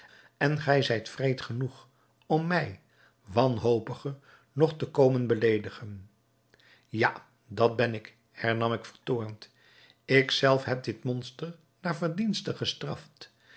en gij zijt wreed genoeg om mij wanhopige nog te komen beleedigen ja dat ben ik hernam ik vertoornd ik zelf heb dit monster naar verdienste gestraft